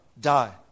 die